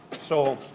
so